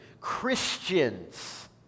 Christians